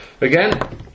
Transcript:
Again